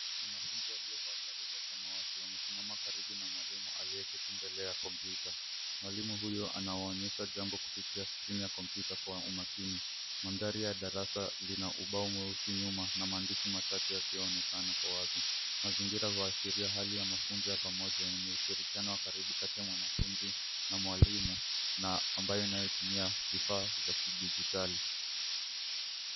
Wanafunzi waliovaa sare za samawati wamesimama karibu na mwalimu aliyeketi mbele ya kompyuta. Mwalimu huyu anawaonesha jambo kupitia skrini ya kompyuta kwa umakini. Mandhari ya darasa lina ubao mweusi nyuma na maandishi machache yasiyoonekana kwa wazi. Mazingira unashiria hali ya mafunzo ya pamoja na mashirikiano ya ukaribu kati ya mwanafunzi na mwalimu na ambayo inayotumia vifaa za kidigitali.